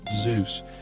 Zeus